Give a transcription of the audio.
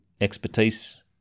expertise